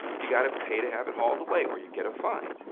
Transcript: you've got to pay to have it hauled away or you get a fine.